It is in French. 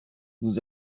nous